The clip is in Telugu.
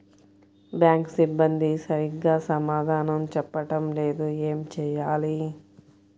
బ్యాంక్ సిబ్బంది సరిగ్గా సమాధానం చెప్పటం లేదు ఏం చెయ్యాలి?